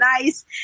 nice